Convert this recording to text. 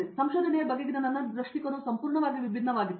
ಆದ್ದರಿಂದ ಸಂಶೋಧನೆಯ ಬಗೆಗಿನ ನನ್ನ ದೃಷ್ಟಿಕೋನವು ಸಂಪೂರ್ಣವಾಗಿ ವಿಭಿನ್ನವಾಗಿತ್ತು